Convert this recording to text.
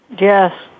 Yes